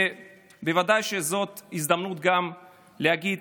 ובוודאי שזאת הזדמנות גם להגיד